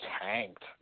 tanked